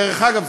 דרך אגב,